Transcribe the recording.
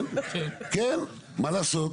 כן, מה לעשות?